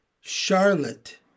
Charlotte